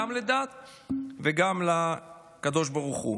גם לדת וגם לקדוש ברוך הוא.